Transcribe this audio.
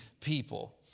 people